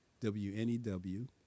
WNEW